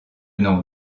n’en